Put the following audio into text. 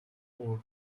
ore